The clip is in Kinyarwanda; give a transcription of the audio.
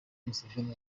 museveni